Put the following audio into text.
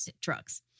drugs